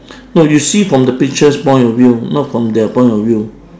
no you see from the pictures point of view not from their point of view